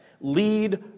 Lead